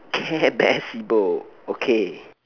care bear sibo okay